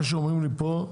מה שאומרים לי פה,